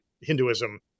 Hinduism